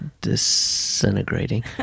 Disintegrating